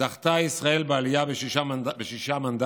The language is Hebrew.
זכתה ישראל בעלייה בשישה מנדטים.